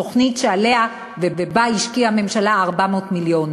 תוכנית שעליה ובה השקיעה הממשלה 400 מיליון.